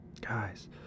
Guys